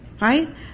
right